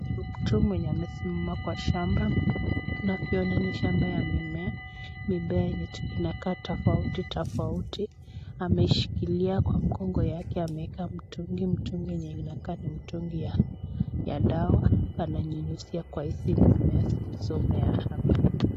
Huyu mtu mwenye amesimama kwa shamba. Tunayoona ni shamba ya mimea, mimea enye inakaa tofauti tofauti. Ameshikilia kwa mgongo yake ameeka mtungi, mtungi enye inakaa ni mtungi ya dawa nyunyuzia kwa hizi mimea zilizomea hapa.